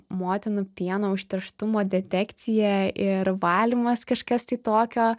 motinų pieno užterštumo detekcija ir valymas kažkas tai tokio